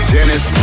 Dennis